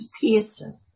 Pearson